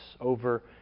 over